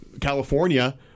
California